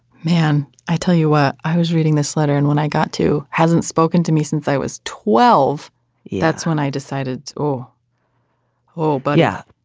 man i tell you what i was reading this letter and when i got to hasn't spoken to me since i was twelve yeah that's when i decided or oh but yeah.